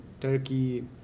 Turkey